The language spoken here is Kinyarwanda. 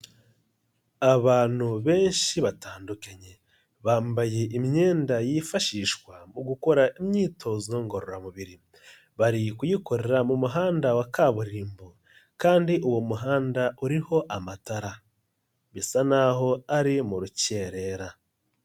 Abantu benshi batandukanye bambaye imyenda yifashishwa mu gukora imyitozo ngororamubiri. Bari kuyikorera mu muhanda wa kaburimbo, kandi uwo muhanda uriho amatara bisa n'aho ari mu rukerera.